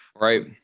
Right